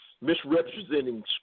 misrepresenting